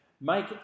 make